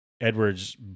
Edwards